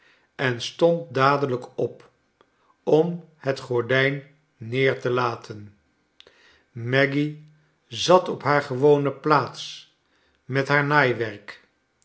en stond dadelijk op om het gordijn neer te laten maggy zat op haar gewone plaats met haar naaiwerk